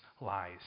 lies